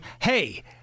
hey